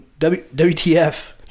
WTF